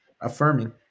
Affirming